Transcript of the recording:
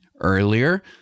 earlier